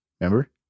Remember